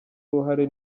uruhare